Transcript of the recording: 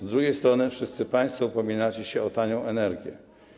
Z drugiej strony wszyscy państwo dopominacie się o tanią energię.